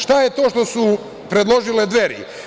Šta je to što su predložile Dveri?